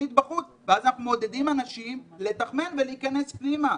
חיונית בחוץ ואז אנחנו מעודדים אנשים לתחמן ולהיכנס פנימה.